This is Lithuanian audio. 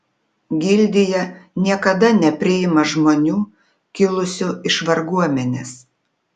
gildija niekada nepriima žmonių kilusių iš varguomenės